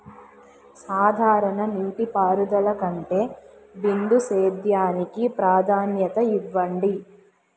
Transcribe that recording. సాధారణ నీటిపారుదల కంటే బిందు సేద్యానికి ప్రాధాన్యత ఇవ్వండి